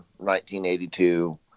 1982